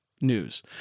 News